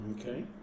Okay